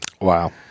Wow